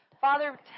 father